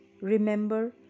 remember